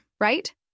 right